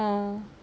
how